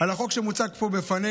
על החוק שמוצג פה בפנינו.